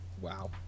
Wow